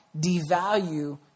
devalue